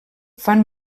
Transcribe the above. fan